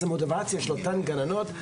הוא המוטיבציה של אותן גננות,